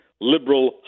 liberal